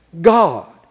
God